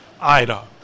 ida